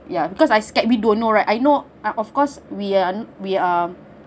ya cause I scared we don't know right I know of course we are we are